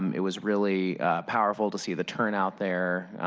um it was really powerful to see the turnout there.